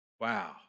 Wow